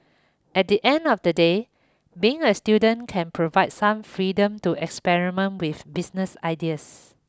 at the end of the day being a student can provide some freedom to experiment with business ideas